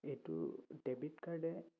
এইটো ডেবিট কাৰ্ডে